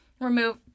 Remove